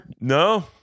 no